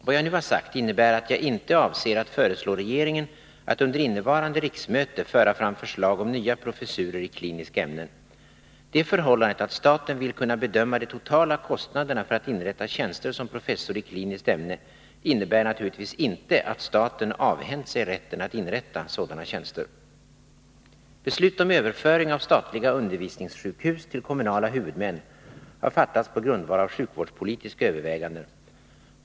Vad jag nu har sagt innebär att jag inte avser att föreslå regeringen att under innevarande riksmöte föra fram förslag om nya professurer i kliniska ämnen. Det förhållandet att staten vill kunna bedöma de totala kostnaderna för att inrätta tjänster som professor i kliniskt ämne innebär naturligtvis inte att staten avhänt sig rätten att inrätta sådana tjänster. Beslut om överföring av statliga undervisningssjukhus till kommunala huvudmän har fattats på grundval av sjukvårdspolitiska överväganden.